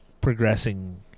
progressing